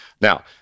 Now